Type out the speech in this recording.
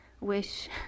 wish